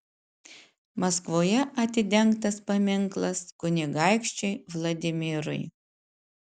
maskvoje atidengtas paminklas kunigaikščiui vladimirui